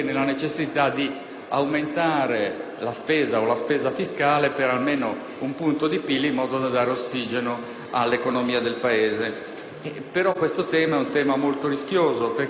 aumentare la spesa o la spesa fiscale per almeno un punto di PIL in modo da dare ossigeno all'economia del Paese. Questo è un tema molto rischioso, anche perché in realtà